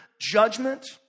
judgment